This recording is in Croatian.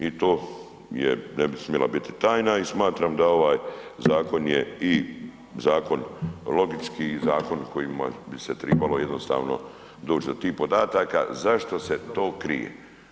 I to je, ne bi smjela biti tajna i smatram da ovaj zakon je i zakon logički i zakon kojima bi se trebalo jednostavno doći do tih podataka zašto se to krije.